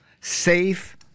safe